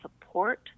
support